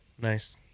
Nice